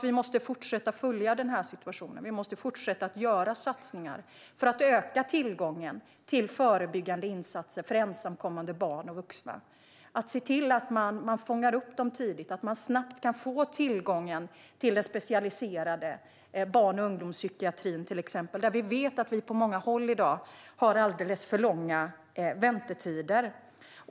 Vi måste fortsätta att följa situationen och göra satsningar för att öka tillgången till förebyggande insatser för ensamkommande barn och vuxna. De måste fångas upp tidigt så att de snabbt kan få tillgång till den specialiserade barn och ungdomspsykiatrin. Vi vet att det på många håll i dag är alldeles för långa väntetider.